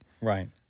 Right